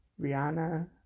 Rihanna